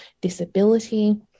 disability